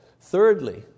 Thirdly